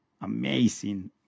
amazing